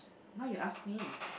now you ask me